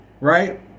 right